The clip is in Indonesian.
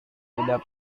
tidak